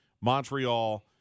Montreal